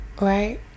Right